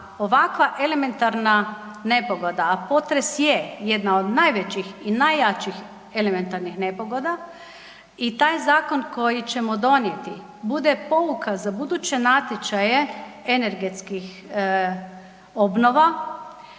ovakva elementarna nepogoda, a potres je jedna od najvećih i najjačih elementarnih nepogoda i taj zakon koji ćemo donijeti, bude pouka za buduće natječaje energetskih obnova,